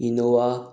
Innova